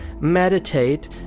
meditate